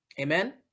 amen